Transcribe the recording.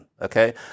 Okay